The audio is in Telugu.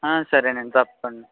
ఆ సరేనండి తప్పకుండా